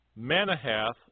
Manahath